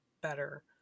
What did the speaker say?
better